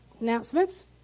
announcements